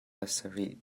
pasarih